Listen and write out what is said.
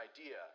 idea